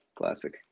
classic